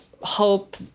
hope